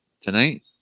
tonight